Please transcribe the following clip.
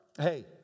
Hey